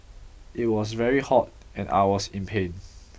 it was very hot and I was in pain